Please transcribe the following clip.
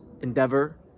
endeavor